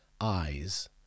eyes